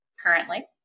currently